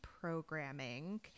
programming